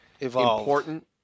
important